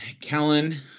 Kellen